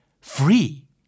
free